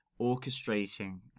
orchestrating